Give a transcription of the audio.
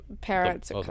parents